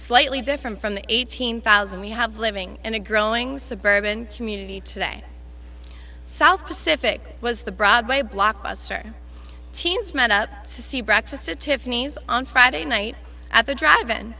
slightly different from the eighteen thousand we have living and a growing suburban community today south pacific was the broadway blockbuster teens met up to see breakfast at tiffany's on friday night at the drive in